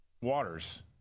waters